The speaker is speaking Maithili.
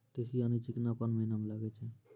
तीसी यानि चिकना कोन महिना म लगाय छै?